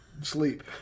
sleep